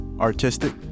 Artistic